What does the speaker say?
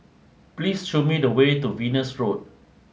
please show me the way to Venus Road